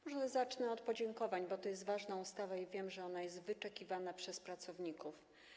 Może zacznę od podziękowań, bo to jest ważna ustawa i wiem, że ona jest wyczekiwana przez pracowników.